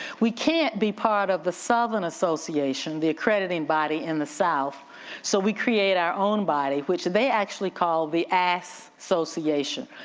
we can't be part of the southern association, the accrediting body in the south so we create our own body which they actually call the association.